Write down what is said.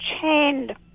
Chained